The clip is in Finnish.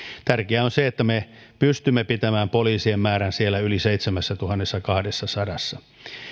tärkeää on se että me pystymme pitämään poliisien määrän siellä yli seitsemässätuhannessakahdessasadassa